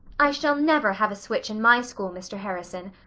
i shall never have a switch in my school, mr. harrison.